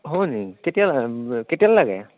হয় নেকি কেতিয়ালৈ কেতিয়ালৈ লাগে